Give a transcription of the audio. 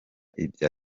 ibya